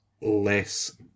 less